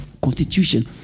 Constitution